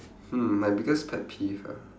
hmm my biggest pet peeve ah